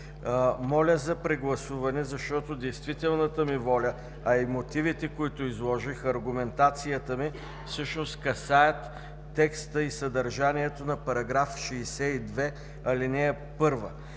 Моля за прегласуване, защото действителната ми воля, а и мотивите, които изложих, аргументацията ми, всъщност касаят текста и съдържанието на § 62, ал. 1.